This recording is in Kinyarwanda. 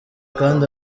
kandi